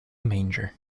manger